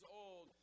old